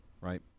right